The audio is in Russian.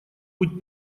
быть